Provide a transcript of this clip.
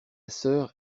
sœur